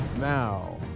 Now